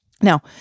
Now